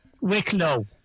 Wicklow